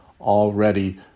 already